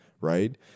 right